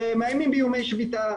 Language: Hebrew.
ומאיימים באיומי שביתה,